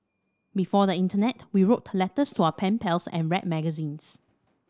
before the internet we wrote letters for our pen pals and read magazines